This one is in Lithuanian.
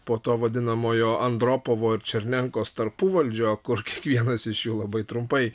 po to vadinamojo andropovo ir černenkos tarpuvaldžio kur kiekvienas iš jų labai trumpai